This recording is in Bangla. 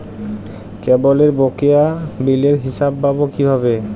কেবলের বকেয়া বিলের হিসাব পাব কিভাবে?